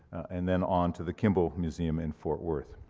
and then on to the kimball museum in fort worth.